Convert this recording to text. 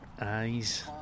eyes